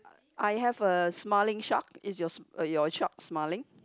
I have a smiling shark is your your shark smiling